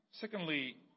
Secondly